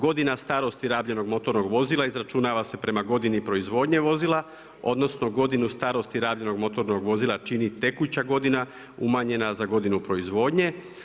Godina starosti rabljenog motornog vozila izračunava se prema godini proizvodnje vozila odnosno godinu starosti rabljenog motornog vozila čini tekuća godina umanjena za godinu proizvodnje.